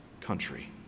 country